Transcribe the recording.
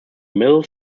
middle